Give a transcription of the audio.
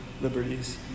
liberties